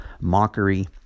mockery